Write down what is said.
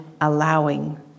allowing